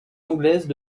anglaises